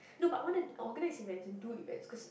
no but I want to organise events and do events cause